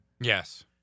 Yes